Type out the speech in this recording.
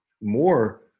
more